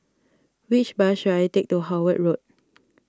which bus should I take to Howard Road